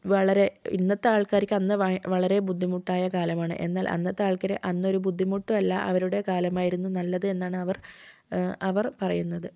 വളരെ ഇന്നത്തേ ആൾക്കാർക്ക് അന്ന് വളരെ ബുദ്ധിമുട്ടായ കാലമാണ് എന്നാൽ അന്നത്തെ അൾക്കാർ അന്ന് ഒരു ബുദ്ധിമുട്ടും അല്ലാ അവരുടെ കാലമായിരുന്നു നല്ലത് എന്നാണ് അവർ അവർ പറയുന്നത്